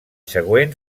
següent